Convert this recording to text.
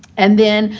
and then,